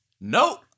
Nope